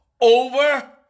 over